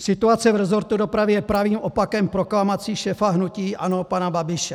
Situace v resortu dopravy je pravým opakem proklamací šéfa hnutí ANO pana Babiše.